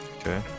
Okay